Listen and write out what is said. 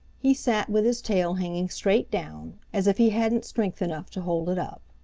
he sat with his tail hanging straight down, as if he hadn't strength enough to hold it up.